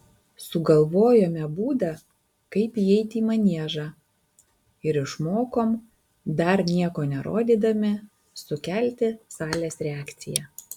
sugalvojome būdą kaip įeiti į maniežą ir išmokom dar nieko nerodydami sukelti salės reakciją